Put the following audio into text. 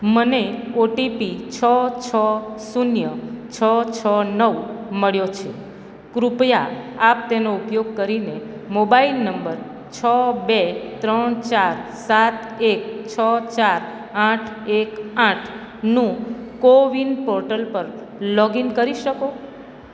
મને ઓટીપી છ છ શૂન્ય છ છ નવ મળ્યો છે કૃપયા આપ તેનો ઉપયોગ કરીને મોબાઈલ નંબર છ બે ત્રણ ચાર સાત એક છ ચાર આઠ એક આઠનું કોવિન પોર્ટલ પર લોગ ઈન કરી શકો